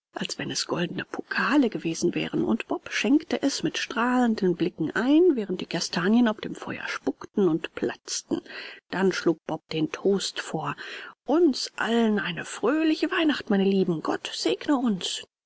als wenn es goldene pokale gewesen wären und bob schenkte es mit strahlenden blicken ein während die kastanien auf dem feuer spuckten und platzten dann schlug bob den toast vor uns allen eine fröhliche weihnacht meine lieben gott segne uns